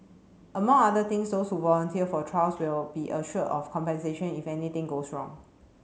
among other things those who volunteer for trials will be assured of compensation if anything goes wrong